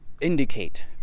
indicate